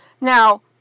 Now